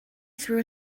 threw